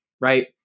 right